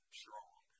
strong